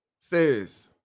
says